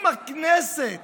אם הכנסת